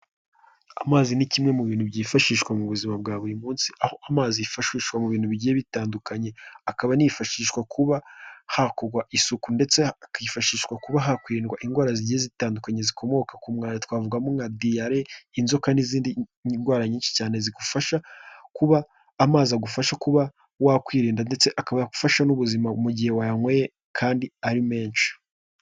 Amazi ni kimwe mu bintu byifashishwa mu buzima bwa buri munsi, aho amazi yifashishwa mu bintu bigiye bitandukanye, akaba anifashishwa kuba hakorwa isuku ndetse hakifashishwa kuba hakwindwa indwara zigiye zitandukanye zikomoka ku mwanda, twavugamo nka diyare, inzoka, n'izindi ndwara nyinshi cyane zigufasha kuba, amazi agufasha kuba wakwirinda ndetse akaba yagufasha n'ubuzima mu gihe wayanyweye kandi ari menshi.